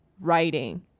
writing